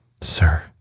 sir